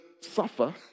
suffer